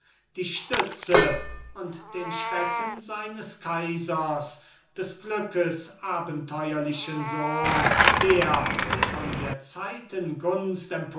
die stütze und den schrecken seines kaisers des glückes abenteuerlichen sohn der von der zeiten